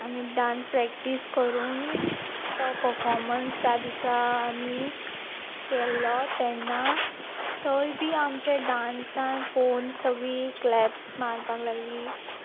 आमी dance practice करून तो पफोमन्स त्या दिसा आमी केल्लो तेन्ना थंय बी आमच्या डांसान पळोवन सगळी क्लॅप्स मारपाक लागली